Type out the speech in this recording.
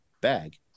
bag